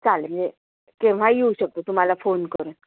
चालेल ये केव्हाही येऊ शकतो तुम्हाला फोन करून